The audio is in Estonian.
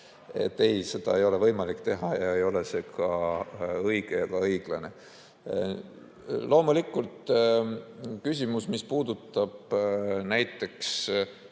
Ei, seda ei ole võimalik teha ja ei ole see ka õige ega õiglane. Loomulikult, mis puudutab näiteks